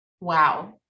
Wow